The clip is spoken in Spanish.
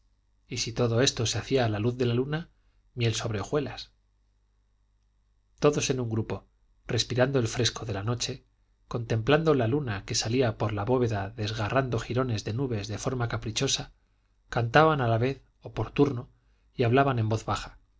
y si todo esto se hacía a la luz de la luna miel sobre hojuelas todos en un grupo respirando el fresco de la noche contemplando la luna que salía por la bóveda desgarrando jirones de nubes de forma caprichosa cantaban a la vez o por turno y hablaban en voz baja